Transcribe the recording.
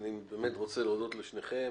אני באמת רוצה להודות לשניכם,